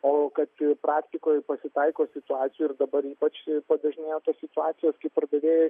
o kad praktikoj pasitaiko situacijų ir dabar ypač padažnėjo tos situacijos kai pardavėjai